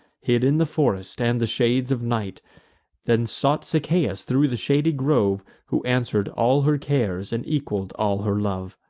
hid in the forest and the shades of night then sought sichaeus thro' the shady grove, who answer'd all her cares, and equal'd all her love.